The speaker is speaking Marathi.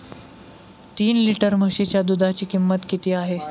तीन लिटर म्हशीच्या दुधाची किंमत किती आहे?